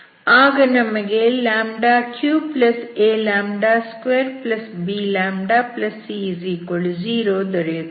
ಆಗ ನಮಗೆ 3a2bλc0 ದೊರೆಯುತ್ತದೆ